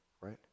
right